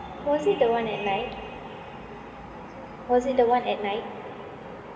was it the one at night was it the one at night